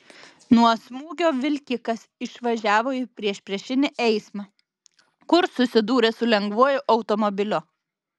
nuo smūgio vilkikas išvažiavo į priešpriešinį eismą kur susidūrė su lengvuoju automobiliu